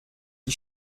die